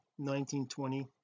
1920